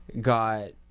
got